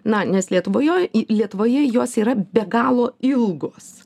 na nes lietuvojo į lietuvoje juos yra be galo ilgos